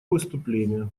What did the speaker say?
выступление